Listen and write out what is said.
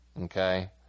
Okay